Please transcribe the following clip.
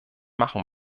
machen